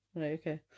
Okay